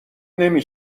نمی